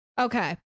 Okay